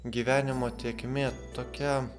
gyvenimo tėkmė tokia